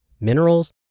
minerals